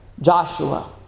Joshua